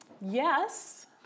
yes